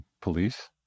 police